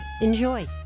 Enjoy